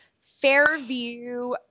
Fairview